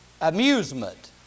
Amusement